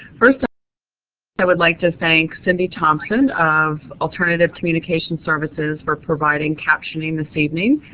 first i would like to thank cindy thompson of alternative communication services for providing captioning this evening.